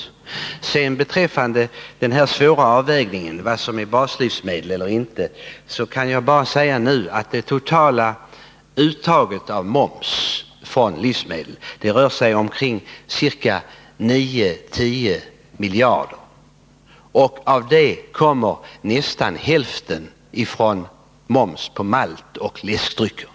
Vad sedan beträffar den svåra avvägningen mellan vad som är baslivsmedel och inte kan jag bara säga att det totala uttaget av moms från livsmedel rör sig om 9-10 miljarder — och av det kommer nästan hälften från moms på maltoch läskedrycker.